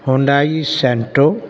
Hyundai Santro